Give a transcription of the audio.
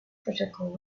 critical